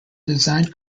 design